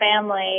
family